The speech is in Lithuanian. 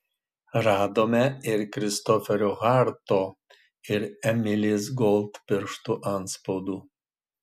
radome ir kristoferio harto ir emilės gold pirštų atspaudų